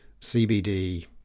CBD